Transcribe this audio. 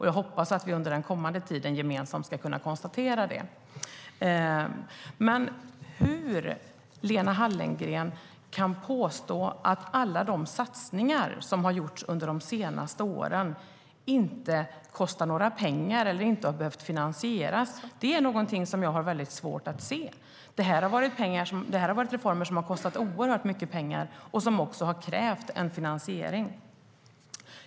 Jag hoppas att vi under den kommande tiden ska kunna konstatera det gemensamt. Men hur kan Lena Hallengren påstå att alla de satsningar som gjorts under de senaste åren inte kostar några pengar eller inte har behövt finansieras? Det har jag väldigt svårt att se. Det här har varit reformer som kostat oerhört mycket pengar och som också krävt finansiering.